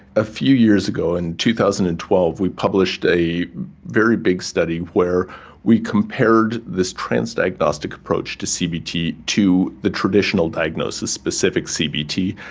a few years ago, in two thousand and twelve, we published a very big study where we compared this transdiagnostic approach to cbt to the traditional diagnosis, specific cbt,